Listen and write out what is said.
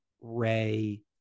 Ray